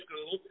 school